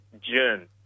June